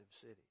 city